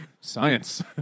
Science